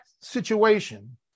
situation